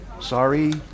Sorry